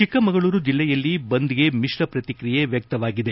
ಚಿಕ್ಕಮಗಳೂರು ಜಿಲ್ಲೆಯಲ್ಲೂ ಬಂದ್ಗೆ ಮಿತ್ರ ಪ್ರಕ್ರಿಯೆ ವ್ಯಕ್ತವಾಗಿದೆ